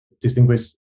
distinguish